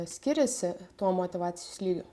skiriasi tuo motyvacijos lygiu